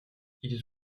ils